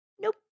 Nope